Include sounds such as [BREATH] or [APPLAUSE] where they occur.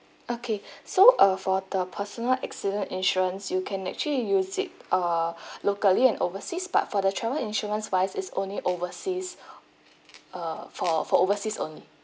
okay [BREATH] so uh for the personal accident insurance you can actually use it err [BREATH] locally and overseas but for the travel insurance wise is only overseas uh for for overseas only